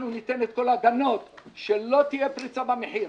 אנחנו ניתן את כל ההגנות שלא תהיה פריצה במחיר.